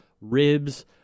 ribs